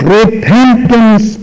repentance